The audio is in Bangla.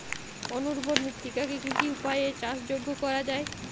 অনুর্বর মৃত্তিকাকে কি কি উপায়ে চাষযোগ্য করা যায়?